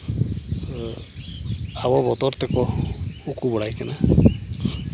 ᱟᱵᱚ ᱵᱚᱛᱚᱨ ᱛᱮᱠᱚ ᱩᱠᱩ ᱵᱟᱲᱟᱭ ᱠᱟᱱᱟ